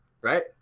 right